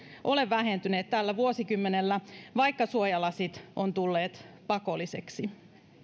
ole vähentyneet tällä vuosikymmenellä vaikka suojalasit ovat tulleet pakollisiksi